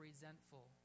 resentful